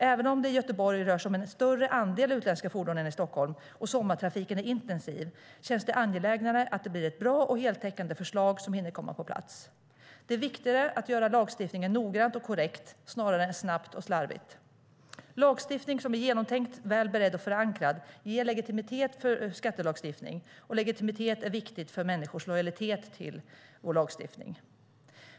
Även om det i Göteborg rör sig om en större andel utländska fordon än i Stockholm, och sommartrafiken är intensiv, känns det angelägnare att det blir ett bra och heltäckande förslag som hinner komma på plats. Det är viktigare att göra lagstiftningen noggrant och korrekt snarare än snabbt och slarvigt. Att lagstiftningen är genomtänkt, väl beredd och förankrad ger legitimitet för skattelagstiftningen, och legitimitet är viktigt för människors lojalitet till vår lagstiftning.